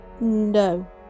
No